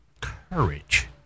courage